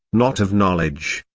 not of knowledge,